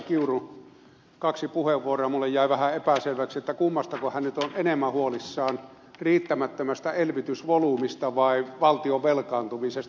kiurun kaksi puheenvuoroa minulle jäi vähän epäselväksi kummastako hän nyt on enemmän huolissaan riittämättömästä elvytysvolyymistä vai valtion velkaantumisesta